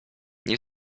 nie